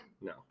No